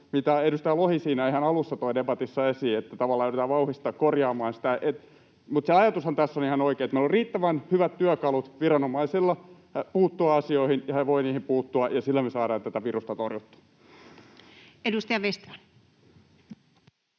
ei — edustaja Lohi ihan alussa debatissa toi esiin, että tavallaan yritetään vauhdista korjata sitä. Mutta se ajatushan tässä on ihan oikea, että meillä on riittävän hyvät työkalut viranomaisilla puuttua asioihin ja he voivat niihin puuttua ja sillä me saadaan tätä virusta torjuttua. [Speech